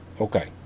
Okay